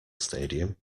stadium